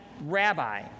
rabbi